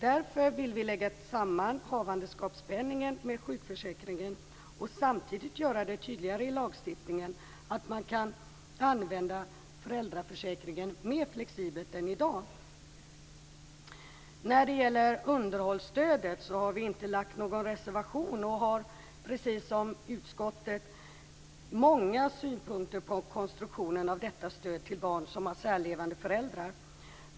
Därför vill vi lägga samman havandeskapspenningen med sjukförsäkringen och samtidigt göra det tydligare i lagstiftningen att man kan använda föräldraförsäkringen mer flexibelt än i dag. När det gäller underhållsstödet har vi inte lagt fram någon reservation. Men vi har, precis som utskottet, många synpunkter på konstruktionen av detta stöd när det gäller barn som har särlevande föräldrar.